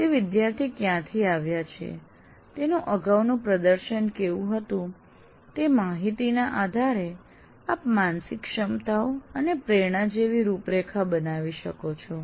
તે વિદ્યાર્થી ક્યાંથી આવ્યા છે તેનું અગાઉનું પ્રદર્શન કેવું હતું તે માહિતીના આધારે આપ માનસિક ક્ષમતાઓ અને પ્રેરણા જેવી રૂપરેખા બનાવી શકો છો